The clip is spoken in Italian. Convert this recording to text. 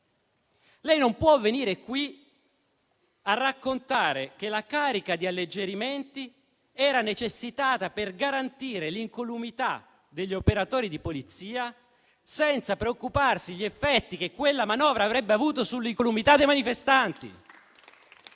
Non può venire qui a raccontare che la carica di alleggerimento era necessitata per garantire l'incolumità degli operatori di polizia, senza preoccuparsi degli effetti che quella manovra avrebbe avuto sull'innocuità dei manifestanti.